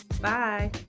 Bye